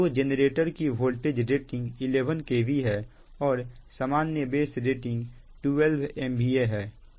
तो जेनरेटर की voltage rating 11 k V है और सामान्य बेस रेटिंग 12 MVA है